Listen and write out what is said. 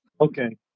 Okay